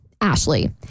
Ashley